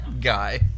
guy